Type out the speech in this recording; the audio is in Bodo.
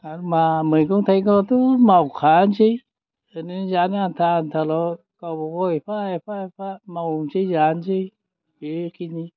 आरो मा मैगं थाइगङाथ' मावखायानोसै बिदिनो जानो आनथा आनथाल' गावबागाव एफा एफा एफा मावनोसै जानोसै बेखिनि